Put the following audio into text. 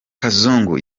kazungu